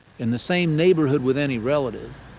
in the same neighborhood with any relative,